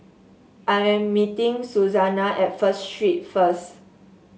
I am meeting Susannah at First Street first